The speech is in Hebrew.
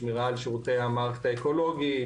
שמירה על שירותי המערכת האקולוגית,